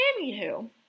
anywho